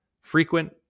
Frequent